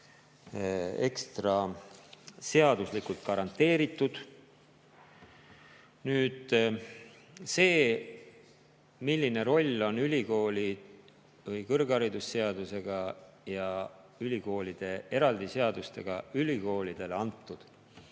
ekstra seadusega garanteeritud. Nüüd see, milline roll on kõrgharidusseadusega ja ülikoolide eraldi seadustega ülikoolidele antud